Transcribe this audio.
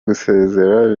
gusezera